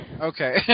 okay